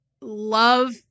love